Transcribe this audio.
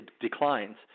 declines